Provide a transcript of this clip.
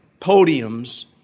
podiums